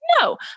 No